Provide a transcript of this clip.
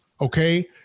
Okay